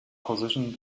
positioned